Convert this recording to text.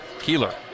Keeler